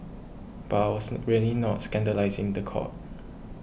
but I wasn't really not scandalising the court